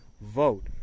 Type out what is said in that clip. vote